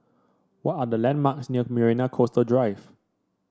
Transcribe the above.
what are the landmarks near Marina Coastal Drive